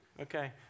Okay